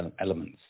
elements